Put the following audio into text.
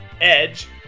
Edge